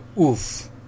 oof